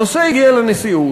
הנושא הגיע לנשיאות,